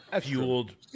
Fueled